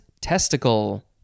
testicle